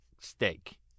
steak